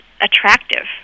attractive